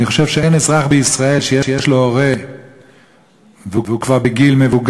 אני חושב שאין אזרח בישראל שיש לו הורה והוא כבר מבוגר